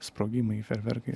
sprogimai ferverkai